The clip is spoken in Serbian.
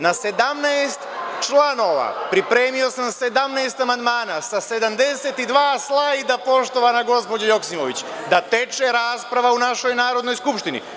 Na 17 članova, pripremio sam 17 amandmana, sa 72 slajda, poštovana gospođo Joksimović, da teče rasprava u našoj Narodnoj skupštini.